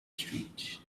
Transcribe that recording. street